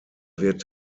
wird